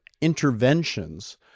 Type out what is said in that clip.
interventions